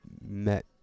met